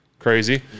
Crazy